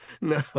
No